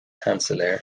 sheansailéir